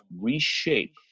reshape